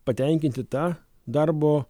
patenkinti tą darbo